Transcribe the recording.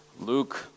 Luke